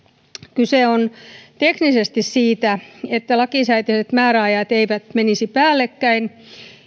kyse on teknisesti siitä että lakisääteiset määräajat eivät menisi päällekkäin